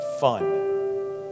fun